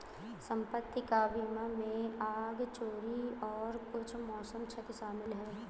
संपत्ति का बीमा में आग, चोरी और कुछ मौसम क्षति शामिल है